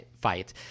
fight